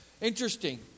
interesting